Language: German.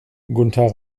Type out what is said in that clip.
gunther